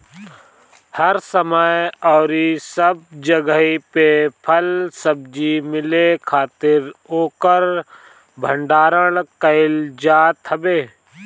हर समय अउरी सब जगही पे फल सब्जी मिले खातिर ओकर भण्डारण कईल जात हवे